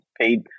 paid